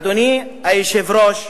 אדוני היושב-ראש,